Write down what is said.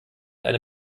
eine